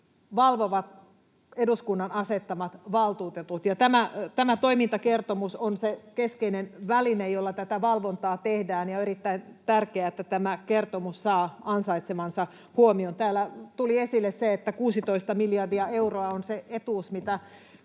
valvovat eduskunnan asettamat valtuutetut, ja tämä toimintakertomus on se keskeinen väline, jolla tätä valvontaa tehdään, ja on erittäin tärkeää, että tämä kertomus saa ansaitsemansa huomion. Täällä tuli esille se, että 16 miljardia euroa on se etuus, mitä